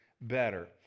better